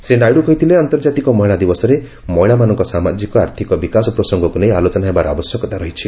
ଶ୍ରୀ ନାଇଡ଼ୁ କହିଥିଲେ ଆନ୍ତର୍ଜାତିକ ମହିଳା ଦିବସରେ ମହିଳାମାନଙ୍କ ସାମାଜିକ ଆର୍ଥିକ ବିକାଶ ପ୍ରସଙ୍ଗକୁ ନେଇ ଆଲୋଚନା ହେବାର ଆବଶ୍ୟକତା ରହିଛି